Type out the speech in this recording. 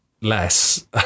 less